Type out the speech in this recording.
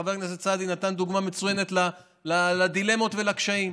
וחבר הכנסת סעדי נתן דוגמה מצוינת לדילמות ולקשיים: